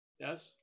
Yes